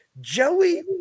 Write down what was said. Joey